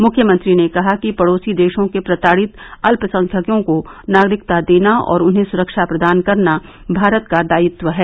मुख्यमंत्री ने कहा कि पड़ोसी देशों के प्रताड़ित अल्पसंख्यकों को नागरिकता देना और उन्हें सुरक्षा प्रदान करना भारत का दायित्व है